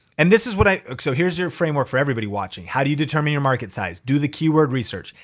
and this is what i. so here's your framework for everybody watching. how do you determine your market size? do the keyword research.